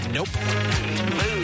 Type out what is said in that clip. Nope